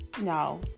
no